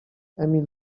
emil